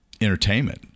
entertainment